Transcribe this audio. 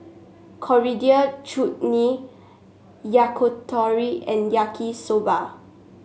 Coriander Chutney Yakitori and Yaki Soba